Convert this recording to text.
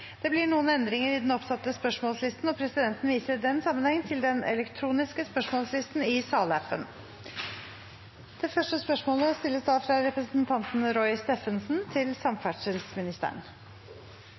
Det blir noen endringer i den oppsatte spørsmålslisten. Presidenten viser i den sammenheng til den elektroniske spørsmålslisten i salappen. Endringene var som følger: Spørsmål 1, fra representanten Ingalill Olsen til